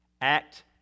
Act